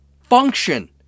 function